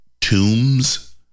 tombs